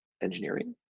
engineering